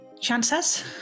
Chances